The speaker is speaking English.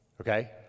Okay